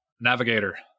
Navigator